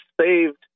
saved